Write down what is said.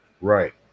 Right